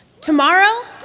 tomorrow